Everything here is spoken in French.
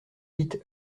vite